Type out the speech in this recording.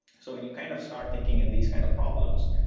so when you kind of start thinking in these kind of problems,